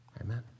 amen